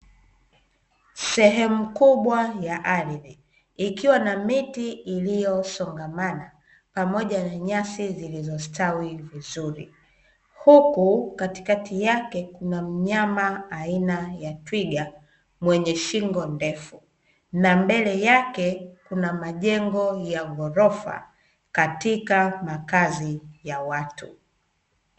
Sehemu kubwa ya ardhi. Ikionyesha miti iliyosongamana, pamoja na nyasi zilizostawi vizuri. Huku katikati yake kuna mnyama aina ya twiga, mwenye shingo ndefu, na mbele yake kuna majengo ya ghorofa katika makazi ya watu.